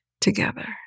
together